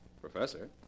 Professor